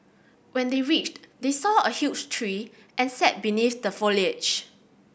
when they reached they saw a huge tree and sat beneath the foliage